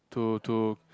to to